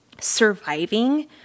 surviving